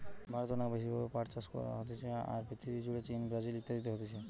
ভারতে অনেক বেশি ভাবে পাট চাষ হতিছে, আর পৃথিবী জুড়ে চীন, ব্রাজিল ইত্যাদিতে হতিছে